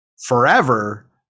forever